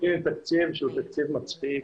נותנים תקציב שהוא תקציב מצחיק.